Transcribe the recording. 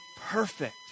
perfect